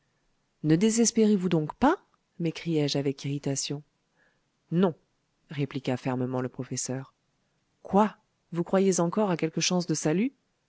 ne désespérez vous donc pas m'écriai-je avec irritation non répliqua fermement le professeur quoi vous croyez encore à quelque chance de salut